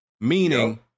Meaning